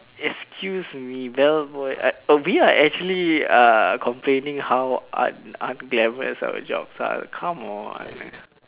excuse me bellboy uh we are actually uh complaining how unglamorous our jobs are come on